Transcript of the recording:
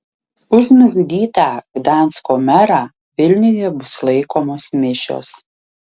už nužudytą gdansko merą vilniuje bus laikomos mišios